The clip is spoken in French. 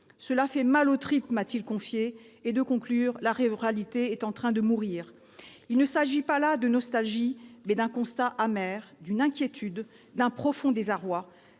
Cela fait mal aux tripes », m'a-t-il confié. Et de conclure :« La ruralité est en train de mourir ». Il s'agit là non pas de nostalgie, mais d'un constat amer, d'une inquiétude, d'un profond désarroi.